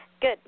good